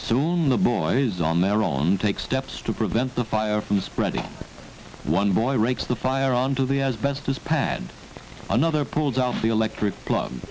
so on the boys on their own take steps to prevent the fire from spreading one boy ranks the fire on to the as best as pad another pulled off the electric plu